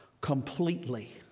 completely